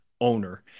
owner